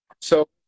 So-